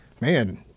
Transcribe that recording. Man